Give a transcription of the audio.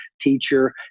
teacher